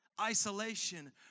isolation